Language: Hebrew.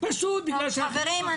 פשוט בגלל --- חברים,